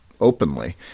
openly